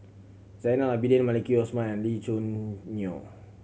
Zainal Abidin Maliki Osman and Lee Choo Neo